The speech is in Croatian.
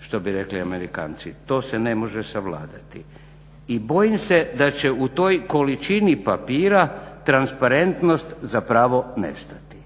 što bi rekli Amerikanci, to se ne može savladati. I bojim se da će u toj količini papira transparentnost zapravo nestati.